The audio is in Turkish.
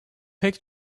pek